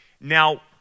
now